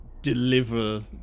Deliver